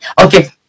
okay